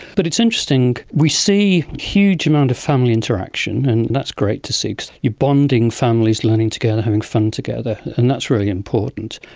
but it's interesting, we see a huge amount of family interaction and that's great to see, because you're bonding families, learning together, having fun together, and that's really important,